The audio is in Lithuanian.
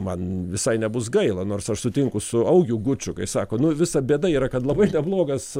man visai nebus gaila nors aš sutinku su augiu guču kai sako nu visa bėda yra kad labai neblogas